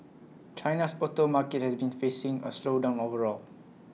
China's auto market has been facing A slowdown overall